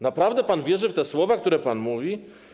Naprawdę pan wierzy w te słowa, które pan mówi?